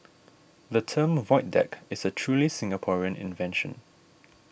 the term void deck is a truly Singaporean invention